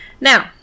Now